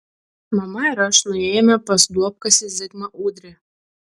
mama ir aš nuėjome pas duobkasį zigmą ūdrį